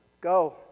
go